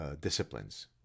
disciplines